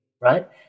right